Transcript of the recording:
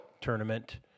tournament